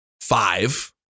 five